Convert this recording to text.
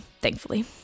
thankfully